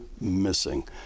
missing